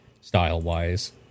style-wise